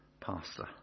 pastor